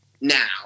now